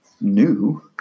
new